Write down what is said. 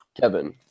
Kevin